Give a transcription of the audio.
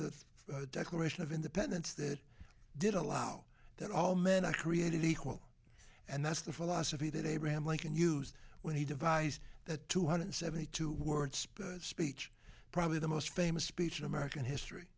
the declaration of independence that did allow that all men are created equal and that's the philosophy that abraham lincoln used when he devised the two hundred seventy two words speech probably the most famous speech in american history